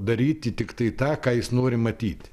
daryti tiktai tą ką jis nori matyt